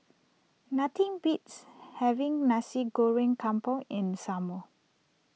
nothing beats having Nasi Goreng Kampung in the summer